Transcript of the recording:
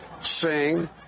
sing